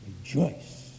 Rejoice